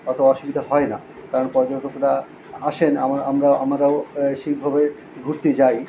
অতো অসুবিধা হয় না কারণ পর্যটকরা আসেন আমা আমরা আমারাও সেইভাবে ঘুরতে যাই